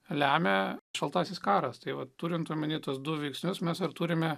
lemia šaltasis karas tai vat turint omeny tuos du veiksnius mes ir turime